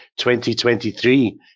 2023